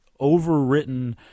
overwritten